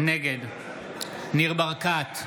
נגד ניר ברקת,